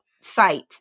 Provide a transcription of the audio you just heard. site